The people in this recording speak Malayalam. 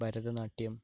ഭരതനാട്ട്യം